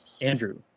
Andrew